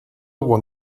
one